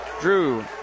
Drew